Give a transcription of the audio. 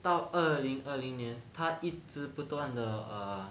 到二零二零年他一直不断的 err